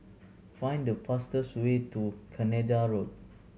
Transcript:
find the fastest way to Canada Road